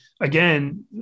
again